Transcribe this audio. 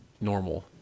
normal